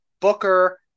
Booker